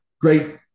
great